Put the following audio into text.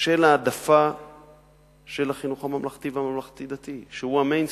של העדפה של החינוך הממלכתי והממלכתי-דתי שהוא ה-mainstream,